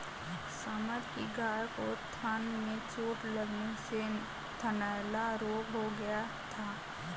summer की गाय को थन में चोट लगने से थनैला रोग हो गया था